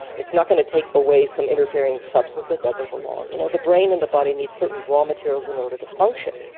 it's not going to take away some interfering substance that doesn't belong you know, the brain and the body need certain raw materials in order to function.